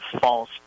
false